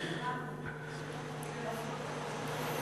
קבענו.